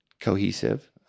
cohesive